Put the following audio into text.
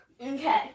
Okay